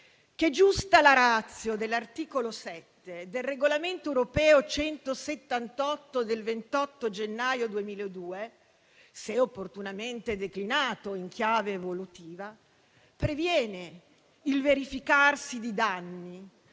che, giusta la *ratio* dell'articolo 7 del regolamento europeo n. 178 del 28 gennaio 2002, se opportunamente declinato in chiave evolutiva, previene il verificarsi di danni